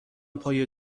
پای